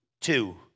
two